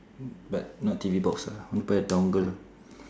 but not T_V box lah I wanna buy a dongle